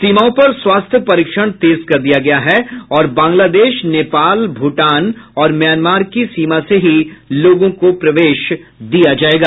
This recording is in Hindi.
सीमाओं पर स्वास्थ्य परीक्षण तेज कर दिया गया है और बांग्लादेश नेपाल भूटान और म्यामांर की सीमा से ही लोगों को प्रवेश दिया जाएगा